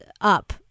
up